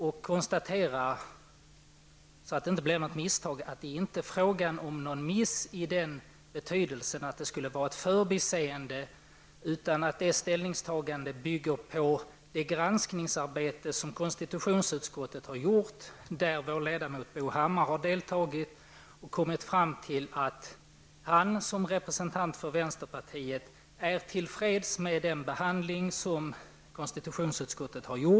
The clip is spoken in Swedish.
För att det inte skall bli något missförstånd vill jag framhålla att det inte är fråga om någon miss i den betydelsen att det skulle vara ett förbiseende. Ställningstagandet bygger på det granskningsarbetet som konstitutionsutskottet har gjort. Där har vår ledamot Bo Hammar deltagit och kommit fram till att han såsom representant för vänsterpartiet är till freds med konstitutionsutskottets behandling.